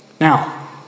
Now